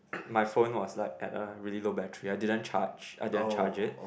my phone was like at a really low battery I didn't charge I didn't charge it